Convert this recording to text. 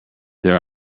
there